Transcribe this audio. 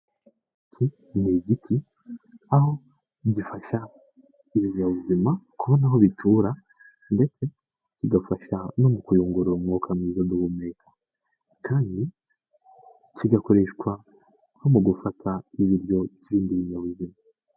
Iki ni igiti, aho gifasha ibinyabuzima kubona aho bitura ndetse kigafasha no mu kuyungurura umwuka mwiza duhumeka kandi kigakoreshwa nko mu gufata ibiryo by'ibindi binyabuzima.